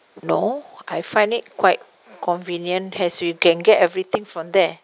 no I find it quite convenient as you can get everything from there